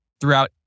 throughout